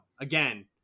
again